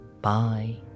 Bye